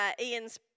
Ian's